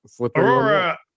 Aurora